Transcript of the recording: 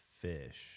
fish